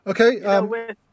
Okay